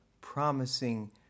promising